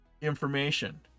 information